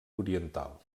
oriental